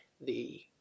the-